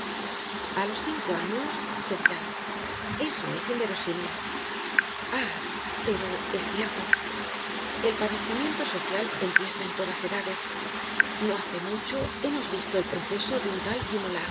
a los cinco años se dirá eso es inverosímil ah pero es cierto el padecimiento social empieza en todas edades no hace mucho hemos visto el proceso de un tal k